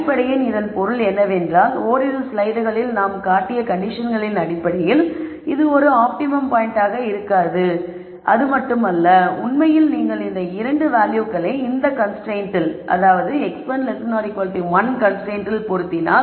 அடிப்படையில் இதன் பொருள் என்னவென்றால் ஓரிரு ஸ்லைடுகளில் நாங்கள் காட்டிய கண்டிஷன்களின் அடிப்படையில் இது ஒரு ஆப்டிமம் பாயிண்ட்டாக இருக்க முடியாது அது மட்டுமல்ல உண்மையில் நீங்கள் இந்த 2 வேல்யூக்களை இந்த கன்ஸ்ரைன்ட்டில் x1 1